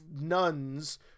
nuns